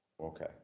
Okay